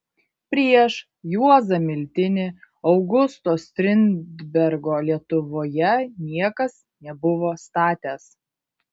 prieš juozą miltinį augusto strindbergo lietuvoje niekas nebuvo statęs